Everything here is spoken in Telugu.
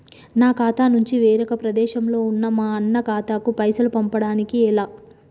నా ఖాతా నుంచి వేరొక ప్రదేశంలో ఉన్న మా అన్న ఖాతాకు పైసలు పంపడానికి ఎలా?